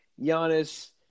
Giannis